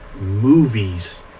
movies